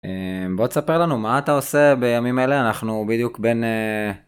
בוא תספר לנו מה אתה עושה בימים האלה אנחנו בדיוק בין.